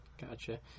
Gotcha